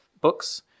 books